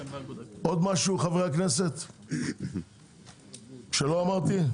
חברי הכנסת, עוד משהו שלא אמרתי?